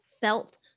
felt